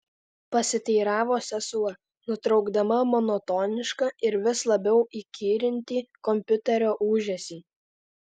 pasiteiravo sesuo nutraukdama monotonišką ir vis labiau įkyrintį kompiuterio ūžesį